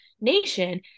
nation